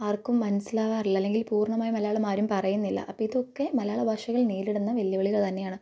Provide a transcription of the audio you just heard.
ആർക്കും മനസ്സിലാകാറില്ല അല്ലെങ്കിൽ പൂർണമായും മലയാളം ആരും പറയുന്നില്ല അപ്പം ഇതൊക്കെ മലയാള ഭാഷകൾ നേരിടുന്ന വെല്ലുവിളികൾ തന്നെയാണ്